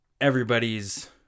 everybody's